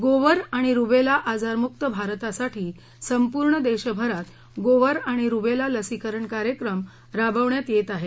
गोवर आणि रूबेला आजार मुक्त भारतासाठी संपूर्ण देशभरात गोवर आणि रूबेला लसीकरण कार्यक्रम राबवण्यात येत आहे